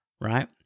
right